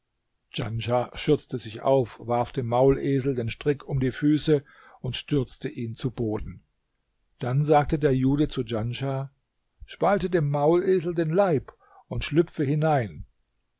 djanschah schürzte sich auf warf dem maulesel den strick um die füße und stürzte ihn zu boden dann sagte der jude zu djanschah spalte dem maulesel den leib und schlüpfe hinein